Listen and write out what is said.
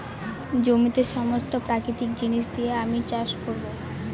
জমিতে সমস্ত প্রাকৃতিক জিনিস দিয়ে আমি চাষ করবো